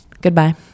Goodbye